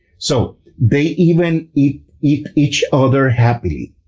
so they even eat eat each other happily.